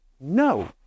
no